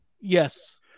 Yes